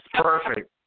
Perfect